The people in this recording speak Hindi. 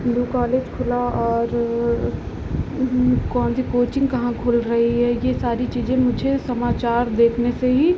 न्यू कॉलेज खुला और कौन सी कोचिन्ग कहाँ खुल रही है यह सारी चीज़ें मुझे समाचार देखने से ही